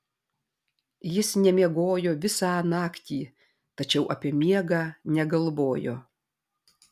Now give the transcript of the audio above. jis nemiegojo visą naktį tačiau apie miegą negalvojo